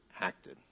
acted